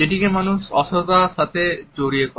যেটিকে মানুষ অসততার সাথে জড়িত করে